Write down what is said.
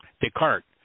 Descartes